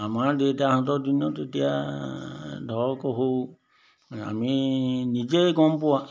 আমাৰ দেউতাহঁতৰ দিনত এতিয়া ধৰক সৌ আমি নিজেই গম পোৱা